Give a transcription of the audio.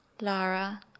Lara